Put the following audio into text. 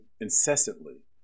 incessantly